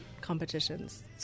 competitions